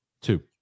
Two